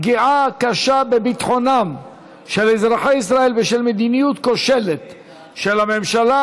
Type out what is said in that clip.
פגיעה קשה בביטחונם של אזרחי ישראל בשל מדיניות כושלת של הממשלה